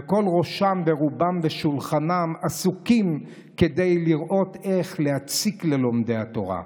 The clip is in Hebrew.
וכל ראשם ורובם ושולחנם עסוקים כדי לראות איך להציק ללומדי התורה,